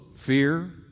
Fear